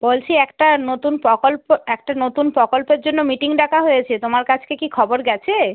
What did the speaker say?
বলছি একটা নতুন প্রকল্প একটা নতুন প্রকল্পের জন্য মিটিং ডাকা হয়েছে তোমার কাছকে কি খবর গেছে